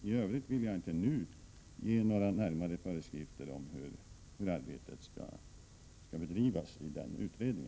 I övrigt vill jag inte nu ge några närmare 15 föreskrifter om hur arbetet i utredningen skall bedrivas.